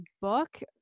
book